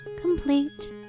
complete